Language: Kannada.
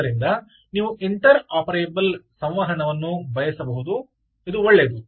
ಆದ್ದರಿಂದ ನೀವು ಇಂಟರ್ ಆಪರೇಬಲ್ ಸಂವಹನವನ್ನು ಬಯಸಬಹುದು ಒಳ್ಳೆಯದು